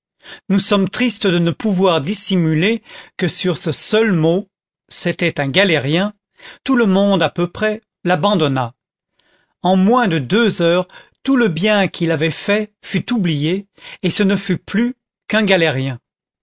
nous sommes triste de ne pouvoir dissimuler que sur ce seul mot c'était un galérien tout le monde à peu près l'abandonna en moins de deux heures tout le bien qu'il avait fait fut oublié et ce ne fut plus qu'un galérien